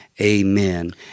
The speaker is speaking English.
amen